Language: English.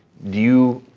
do you,